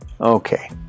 okay